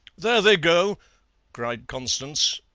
there they go cried constance,